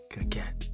again